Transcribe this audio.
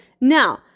Now